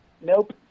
Nope